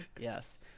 Yes